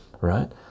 right